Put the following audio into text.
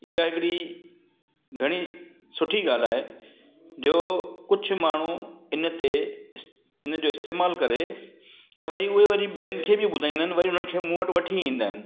इहा हिकिड़ी घणी सुठी ॻाल्हि आहे जो कुझु माण्हू हिन ते हिनजो इस्तेमालु करे ऐं वरी उहे वरी ॿियनि खे बि ॿुधाईंदा आहिनि उन्हनि खे मूं वटि वठी ईंदा आहिनि